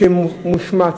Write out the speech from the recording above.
שמושמץ,